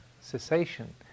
cessation